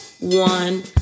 one